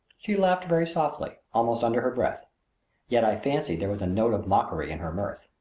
she laughed very softly almost under her breath yet i fancied there was a note of mockery in her mirth.